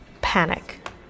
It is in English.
panic